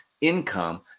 income